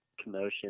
commotion